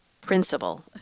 principle